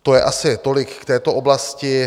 To je asi tolik k této oblasti.